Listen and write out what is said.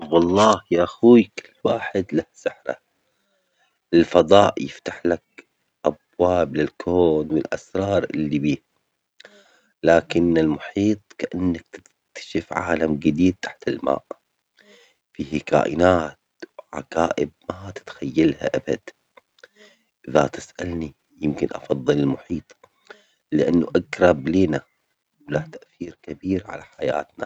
هل تفضل استكشاف الفضاء أم المحيط؟ ولماذا؟